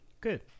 Good